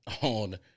on